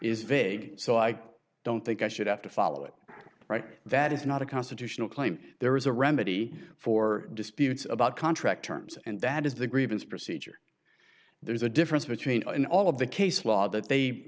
vague so i don't think i should have to follow it right that is not a constitutional claim there is a remedy for disputes about contract terms and that is the grievance procedure there's a difference between in all of the case law that they